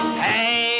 hey